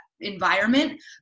environment